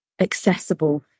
accessible